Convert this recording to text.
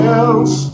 else